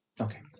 Okay